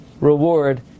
reward